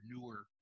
newer